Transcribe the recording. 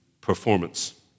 performance